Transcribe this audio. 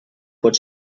pot